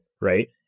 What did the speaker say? right